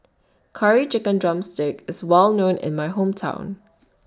Curry Chicken Drumstick IS Well known in My Hometown